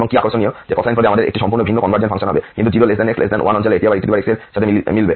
এবং কি আকর্ষণীয় যে কোসাইন পদে আমাদের একটি সম্পূর্ণ ভিন্ন কনভারজেন্ট ফাংশন হবে কিন্তু 0 x 1 অঞ্চলে এটি আবার ex এর সাথে মিলবে